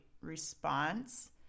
response